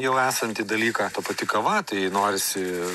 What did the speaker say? jau esantį dalyką ta pati kava tai norisi